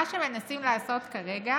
מה שמנסים לעשות כרגע